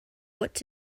what